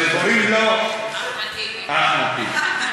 שקוראים לו אחמד טיבי.